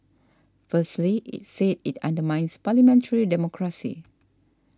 firstly it said it undermines parliamentary democracy